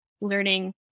learning